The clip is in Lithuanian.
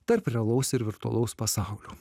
tarp realaus ir virtualaus pasaulių